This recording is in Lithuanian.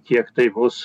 kiek tai bus